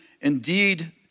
Indeed